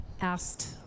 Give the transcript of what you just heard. asked